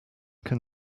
can